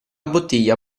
bottiglia